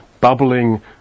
bubbling